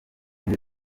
neza